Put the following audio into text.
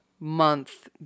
Month